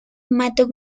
mato